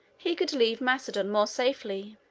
he could leave macedon more safely.